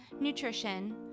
nutrition